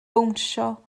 bownsio